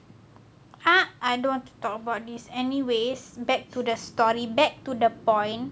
ha I don't want to talk about this anyways back to the story back to the point